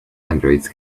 androids